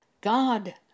God